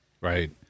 Right